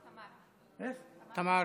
תמר, תמר.